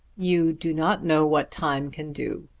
you do not know what time can do.